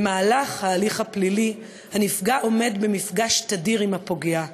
במהלך ההליך הפלילי הנפגע עומד במפגש תדיר עם הפוגע,